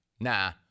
nah